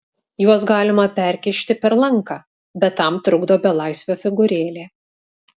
juos galima perkišti per lanką bet tam trukdo belaisvio figūrėlė